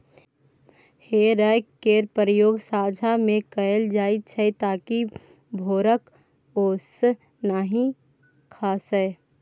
हे रैक केर प्रयोग साँझ मे कएल जाइत छै ताकि भोरक ओस नहि खसय